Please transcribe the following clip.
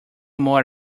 more